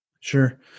Sure